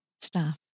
staff